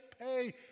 pay